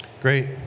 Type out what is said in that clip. Great